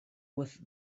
with